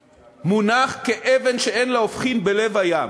מונח כאבן שאין לה הופכין בלב הים.